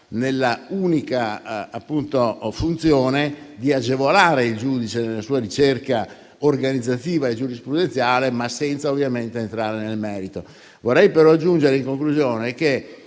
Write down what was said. nell'unica funzione di agevolare il giudice nella sua ricerca organizzativa e giurisprudenziale, ma senza entrare nel merito. Vorrei però aggiungere, in conclusione, che